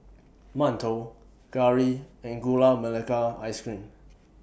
mantou Curry and Gula Melaka Ice Cream